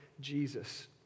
Jesus